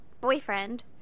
boyfriend